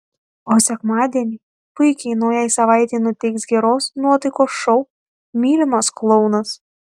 o sekmadienį puikiai naujai savaitei nuteiks geros nuotaikos šou mylimas klounas